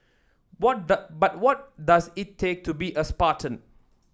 what but what does it take to be a spartan